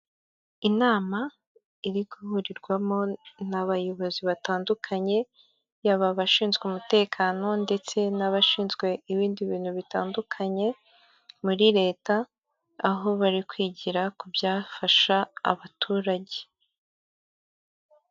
Inama iri guhurirwamo n'abayobozi batandukanye yaba abashinzwe umutekano, ndetse n'abashinzwe ibindi bintu bitandukanye muri leta aho bari kwigira ku byafasha abaturage.